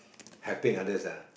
helping others ah